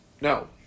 No